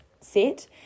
set